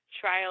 trial